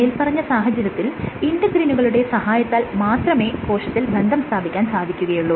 മേല്പറഞ്ഞ സാഹചര്യത്തിൽ ഇന്റെഗ്രിനുകളുടെ സഹായത്താൽ മാത്രമേ കോശത്തിൽ ബന്ധം സ്ഥാപിക്കാൻ സാധിക്കുകയുള്ളു